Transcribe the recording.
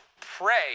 pray